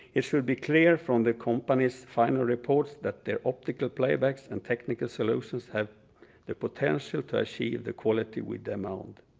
it will be clear from the companies' final reports that their optical playbacks and technical solutions have the potential to achieve the quality we demand.